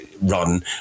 run